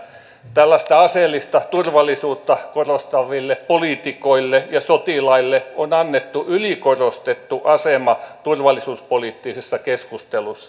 tällaista aseellista turvallisuutta korostaville poliitikoille ja sotilaille on annettu ylikorostettu asema turvallisuuspoliittisessa keskustelussa